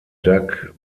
duck